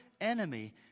enemy